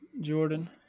Jordan